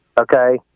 okay